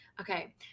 Okay